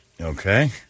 okay